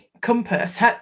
compass